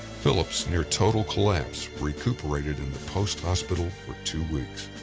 phillips, near total collapse, recuperated in the post hospital for two weeks.